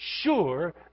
sure